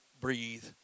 breathe